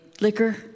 Liquor